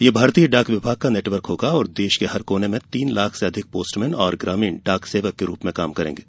यह भारतीय डाक विभाग का नेटवर्क होगा और देश के हर कोने में तीन लाख से अधिक पोस्टमेन और ग्रामीण डाक सेवक के रूप में काम करेंगे